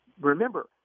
Remember